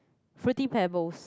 fruity pebbles